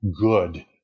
good